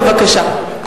בבקשה.